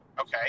Okay